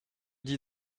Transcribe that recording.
dit